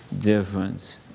difference